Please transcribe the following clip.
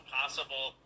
possible